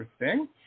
interesting